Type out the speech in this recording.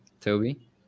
Toby